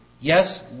Yes